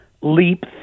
Leap